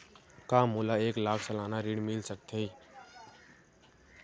का मोला एक लाख सालाना ऋण मिल सकथे?